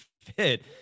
fit